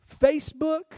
Facebook